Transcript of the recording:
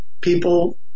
people